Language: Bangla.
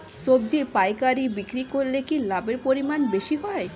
সবজি পাইকারি বিক্রি করলে কি লাভের পরিমাণ বেশি হয়?